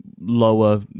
lower